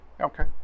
Okay